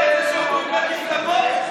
לא הייתי חבר מרכז אף פעם.